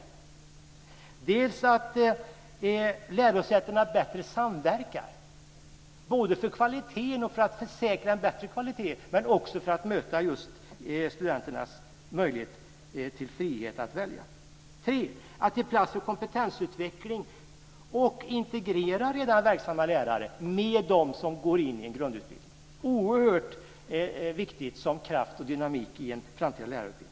För det andra måste lärosätena samverka bättre, både för att säkra en bättre kvalitet och för att möta just studenternas möjlighet till fria val. För det tredje måste det ges plats för kompetensutveckling och integrering av redan verksamma lärare med dem som går in i en grundutbildning. Det är oerhört viktigt för kraften och dynamiken i en framtida lärarutbildning.